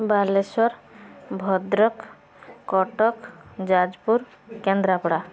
Balasore Bhadrak Cuttack Jajpur Kendrapara